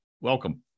Welcome